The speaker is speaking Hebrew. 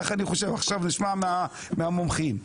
נשמע מהמומחים.